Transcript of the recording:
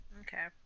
Okay